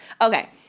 Okay